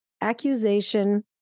accusation